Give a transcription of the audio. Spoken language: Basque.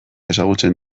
ezagutzen